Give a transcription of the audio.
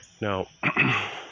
Now